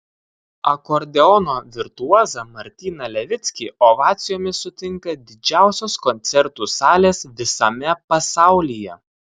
akordeono virtuozą martyną levickį ovacijomis sutinka didžiausios koncertų salės visame pasaulyje